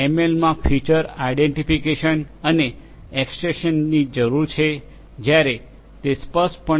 એલમાં feature identification અને extraction જરૂરી છે જ્યારે તે સ્પષ્ટપણે ડી